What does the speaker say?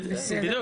בדיוק.